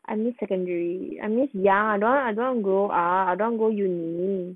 I miss secondary I miss ya I don't want I don't want go ah I don't want uni